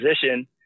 position